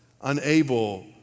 unable